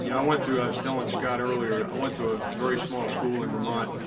yeah i went through, i was telling scott earlier, i went to a very small school in vermont,